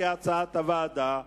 כהצעת הוועדה.